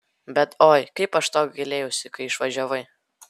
bet oi kaip aš to gailėjausi kai išvažiavai